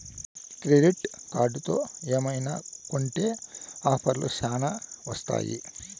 credit కార్డుతో ఏమైనా కొంటె ఆఫర్లు శ్యానా వత్తాయి